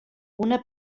una